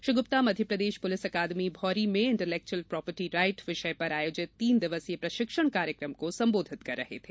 Shri Gupta Madhya Pradesh police अकादमी मौरी में इंटलेक्वुअल property right विषय पर आयोजित तीन दिवसीय प्रशिक्षण कार्यक्रम को संबोधित कर रहे थे